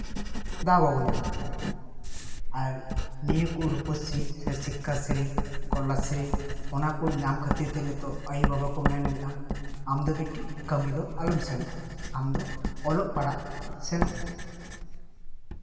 ᱫᱟᱣ ᱵᱟᱵᱚ ᱧᱟᱢᱮᱜ ᱛᱟᱦᱮᱸᱜᱼᱟ ᱟᱨ ᱱᱤᱭᱟᱹ ᱠᱚ ᱨᱚᱯᱚᱥᱨᱤ ᱥᱮ ᱥᱤᱠᱠᱷᱟᱥᱨᱤ ᱠᱚᱱᱱᱟᱥᱨᱤ ᱚᱱᱟ ᱠᱚ ᱧᱟᱢ ᱠᱷᱟᱹᱛᱤᱨ ᱛᱮ ᱱᱤᱛᱚᱜ ᱟᱭᱳᱼᱵᱟᱵᱟ ᱠᱚ ᱢᱮᱱᱫᱟ ᱟᱢ ᱫᱚ ᱵᱤᱴᱤ ᱠᱟᱹᱢᱤ ᱫᱚ ᱟᱞᱚᱢ ᱥᱮᱱᱚᱜᱼᱟ ᱟᱢᱫᱚ ᱚᱞᱚᱜ ᱯᱟᱲᱦᱟᱜ ᱥᱮᱱᱚᱜ ᱢᱮ